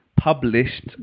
published